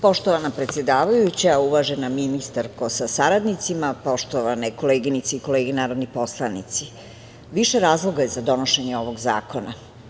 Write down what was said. Poštovana predsedavajuća, uvažena ministarko sa saradnicima, poštovane koleginice i kolege narodni poslanici, više je razloga za donošenje ovog zakona.